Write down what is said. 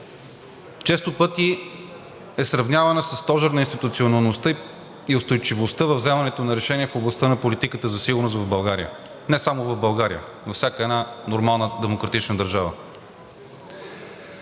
често пъти е сравнявана със стожер на институционалността и устойчивостта във вземането на решения в областта на политиката за сигурност в България – не само в България, във всяка една нормална демократична държава,